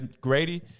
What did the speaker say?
Grady –